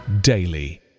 daily